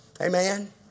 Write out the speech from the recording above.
Amen